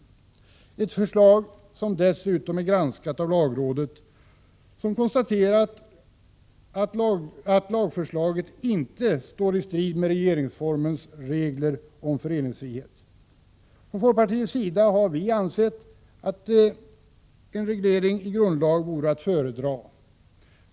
Det är ett förslag som dessutom är granskat av lagrådet, som konstaterar att lagförslaget inte står i strid med regeringsformens regler om föreningsfrihet. Från folkpartiets sida har vi ansett att en reglering i grundlag vore att föredra.